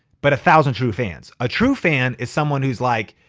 but a thousand true fans. a true fan is someone who's like,